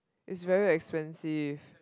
its very expensive